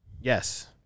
Yes